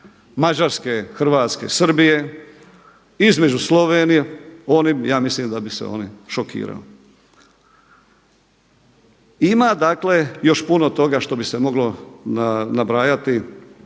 Mađarske, Hrvatske, Srbije, između Slovenije, oni bi ja mislim da bi se oni šokirali. Ima dakle još puno toga što bi se moglo nabrajati